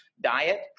diet